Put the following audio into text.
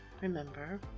remember